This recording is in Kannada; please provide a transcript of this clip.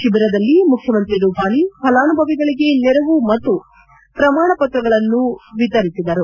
ಶಿಬಿರದಲ್ಲಿ ಮುಖ್ಯಮಂತ್ರಿ ರೂಪಾನಿ ಫಲಾನುಭವಿಗಳಿಗೆ ನೆರವು ಮತ್ತು ಪ್ರಮಾಣಪತ್ರಗಳನ್ನು ವಿತರಿಸಿದರು